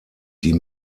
die